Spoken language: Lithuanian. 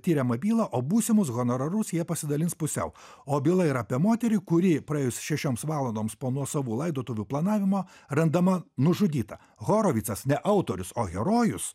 tiriamą bylą o būsimus honorarus jie pasidalins pusiau o byla yra apie moterį kuri praėjus šešioms valandoms po nuosavų laidotuvių planavimo randama nužudyta horovitsas ne autorius o herojus